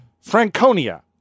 Franconia